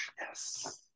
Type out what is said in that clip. Yes